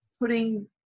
putting